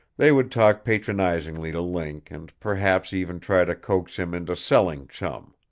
they would talk patronizingly to link, and perhaps even try to coax him into selling chum.